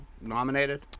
nominated